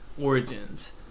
Origins